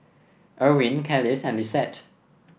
Erwin Kelis and Lissette